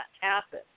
happen